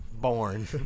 born